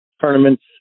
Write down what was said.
tournaments